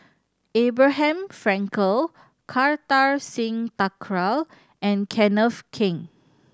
Abraham Frankel Kartar Singh Thakral and Kenneth Keng